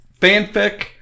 fanfic